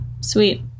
Sweet